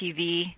TV